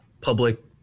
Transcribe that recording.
public